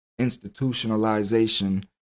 institutionalization